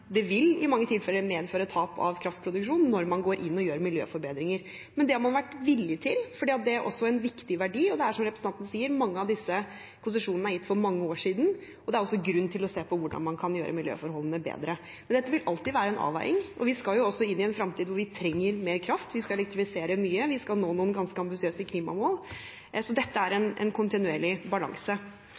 det i mange tilfeller vil medføre tap av kraftproduksjon når man går inn og gjør miljøforbedringer, men det har man vært villig til, for det er også en viktig verdi. Som representanten sier, er mange av disse konsesjonene gitt for mange år siden, og det er også grunn til å se på hvordan man kan gjøre miljøforholdene bedre. Men dette vil alltid være en avveining, og vi skal inn i en fremtid hvor vi trenger mer kraft. Vi skal elektrifisere mye, vi skal nå noen ganske ambisiøse klimamål, så dette er en kontinuerlig balanse.